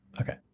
okay